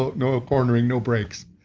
ah no ah cornering, no breaks.